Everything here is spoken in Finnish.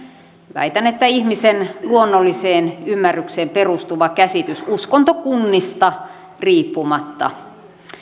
väitän että ihmisen luonnolliseen ymmärrykseen perustuva käsitys uskontokunnista riippumatta